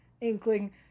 inkling